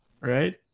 right